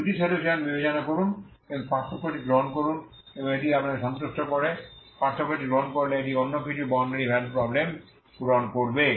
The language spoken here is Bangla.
দুটি সলিউশন বিবেচনা করুন এবং পার্থক্যটি গ্রহণ করুন এবং এটি আপনাকে সন্তুষ্ট করে পার্থক্যটি গ্রহণ করলে এটি অন্য কিছু বাউন্ডারি ভ্যালু প্রবলেম পূরণ করবে